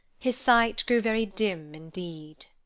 his sight grew very dim indeed.